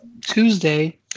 Tuesday